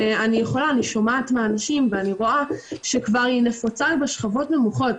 ואני שומעת מאנשים ואני רואה שכבר היא נפוצה בשכבות נמוכות.